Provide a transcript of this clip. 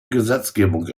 gesetzgebung